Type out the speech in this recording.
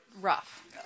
rough